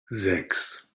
sechs